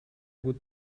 gut